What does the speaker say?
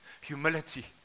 humility